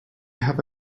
have